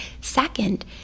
Second